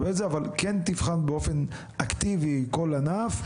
אבל כן תבחן באופן אקטיבי כל ענף.